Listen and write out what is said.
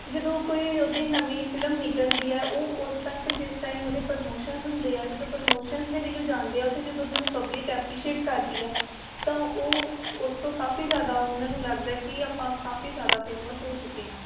ਜਦੋਂ ਕੋਈ ਉਹਦੀ ਨਵੀਂ ਫਿਲਮ ਨਿਕਲਦੀ ਹੈ ਉਹ ਉਸ ਟਾਈਮ 'ਤੇ ਜਿਸ ਟਾਈਮ ਉਹਦੇ ਪ੍ਰਮੋਸ਼ਨਸ ਹੁੰਦੇ ਆ ਜਦੋਂ ਪ੍ਰਮੋਸ਼ਨਸ ਦੇ ਲਈ ਉਹ ਜਾਂਦੇ ਆ ਉੱਥੇ ਜਦੋਂ ਉਨ੍ਹਾਂ ਨੂੰ ਪਬਲਿਕ ਐਪਰੀਸ਼ੀਏਟ ਕਰਦੀ ਆ ਤਾਂ ਉਹ ਉਸ ਤੋਂ ਕਾਫੀ ਜ਼ਿਆਦਾ ਉਨ੍ਹਾਂ ਨੂੰ ਲੱਗਦਾ ਕਿ ਆਪਾਂ ਕਾਫੀ ਜ਼ਿਆਦਾ ਫੇਮਸ ਹੋ ਚੁੱਕੇ ਹਾਂ